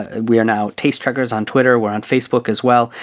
ah we are now taste trekkers on twitter. we're on facebook as well.